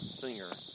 singer